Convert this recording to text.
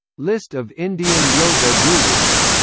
list of indian yoga gurus